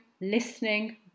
listening